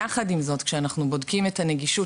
יחד עם זאת כשאנחנו בודקים את הנגישות